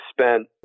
spent